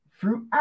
throughout